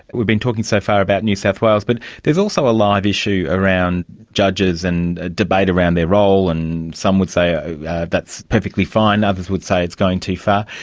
we've been talking so far about new south wales, but there's also a live issue around judges and a debate around their role, and some would say that's perfectly fine, others would say it's going too far.